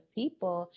people